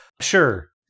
Sure